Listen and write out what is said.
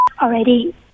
Already